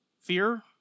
fear